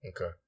Okay